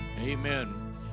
Amen